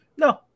No